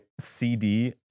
CD